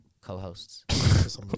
co-hosts